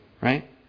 Right